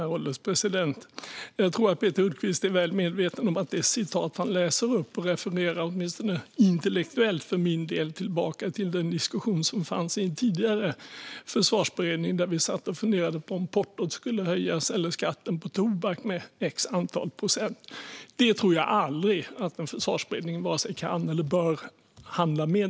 Herr ålderspresident! Jag tror att Peter Hultqvist är väl medveten om att det citat han läser upp för min del refererar tillbaka till den diskussion som fanns i en tidigare försvarsberedning, där vi funderade på om portot eller skatten på tobak skulle höjas med ett visst antal procent. Den typen av frågor tror jag inte att en försvarsberedning bör hantera.